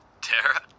Tara